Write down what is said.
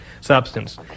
substance